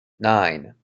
nine